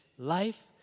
life